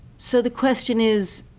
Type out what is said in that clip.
so the question is,